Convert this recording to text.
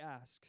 ask